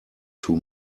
too